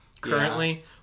currently